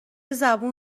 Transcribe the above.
زبون